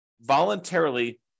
voluntarily